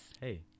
Hey